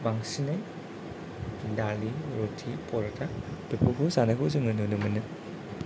बांसिनै दालि रुति परथा बेफोरखौ जानायखौ जोङो नुनो मोनो